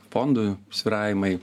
fondų svyravimai